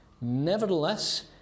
Nevertheless